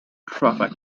traffic